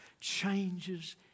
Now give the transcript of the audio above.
changes